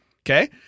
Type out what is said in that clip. Okay